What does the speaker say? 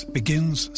begins